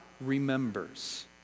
remembers